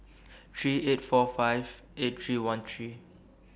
three eight four five eight three one three